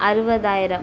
அறுபதாயிரம்